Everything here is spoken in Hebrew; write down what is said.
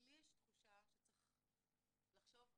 לי יש תחושה שצריך לחשוב,